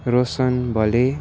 Roshan Ghale